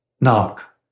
knock